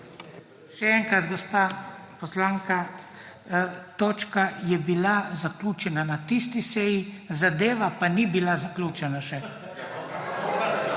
Še enkrat, gospa poslanka. Točka je bila zaključena na tisti seji, zadeva pa ni bila zaključena še.